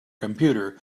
computer